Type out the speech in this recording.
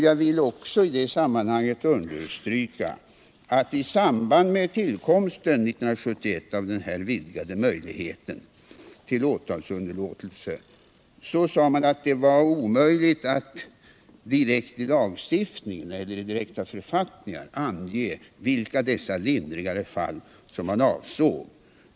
Jag vill i det sammanhanget understryka att i samband med tillkomsten 1971 av den här vidgade möjligheten till åtalsunderlåtelse sade man att det var omöjligt att direkt i lagstiftningen eller direkt i författningar ange vilka dessa lindrigare fall var som man avsåg.